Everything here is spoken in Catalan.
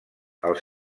els